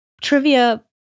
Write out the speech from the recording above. trivia